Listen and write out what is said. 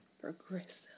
progressive